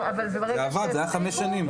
זה עבד, זה היה חמש שנים.